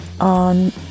on